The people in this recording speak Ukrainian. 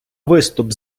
виступ